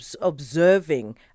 observing